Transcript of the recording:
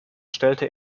stellte